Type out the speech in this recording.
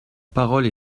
parole